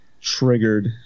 Triggered